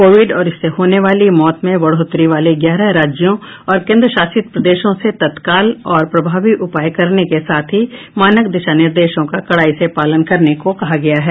Covid और इससे होने वाली मौत में बढोत्तरी वाले ग्यारह राज्यों और केन्द्रशासित प्रदेशों से तत्काल और प्रभावी उपाय करने के साथ ही मानक दिशा निर्देशों का कडाई से पालन करने को भी कहा गया है